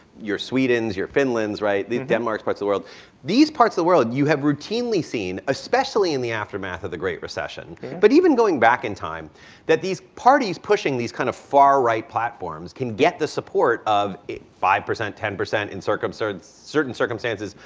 you're sweden's, you're finland's, right, the the denmark's, parts the world these parts of the world you have routinely seen especially in the aftermath of the great recession but even going back in time that these parties pushing these kind of far-right platforms can get the support of five, ten percent in certain circumstances,